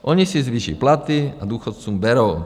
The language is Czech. Oni si zvýší platy, a důchodcům berou.